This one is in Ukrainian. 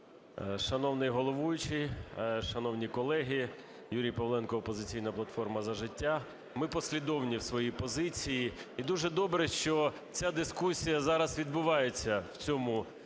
Шановний головуючий! Шановні колеги! Юрій Павленко, "Опозиційна платформа – За життя". Ми послідовні в своїй позиції. І дуже добре, що ця дискусія зараз відбувається в цьому